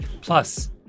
Plus